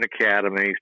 academies